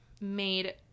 made